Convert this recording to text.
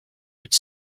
with